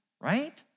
right